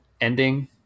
ending